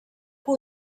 que